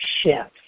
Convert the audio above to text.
shift